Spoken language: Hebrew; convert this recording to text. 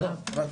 עלא, בבקשה.